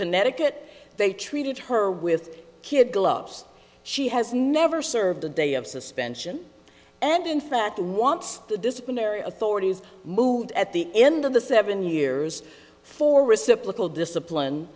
connecticut they treated her with kid gloves she has never served a day of suspension and in fact wants the disciplinary authorities moved at the end of the seven years for reciprocal discipline